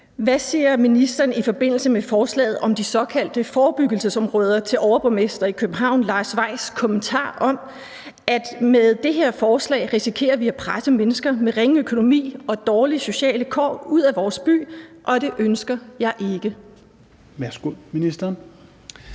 Hvad siger ministeren i forbindelse med forslaget om de såkaldte forebyggelsesområder til overborgmester i København Lars Weiss’ kommentar om, at »med det her forslag risikerer vi at presse mennesker med ringe økonomi og dårlige sociale vilkår ud af vores by, og det ønsker jeg ikke«? Kl.